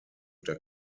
der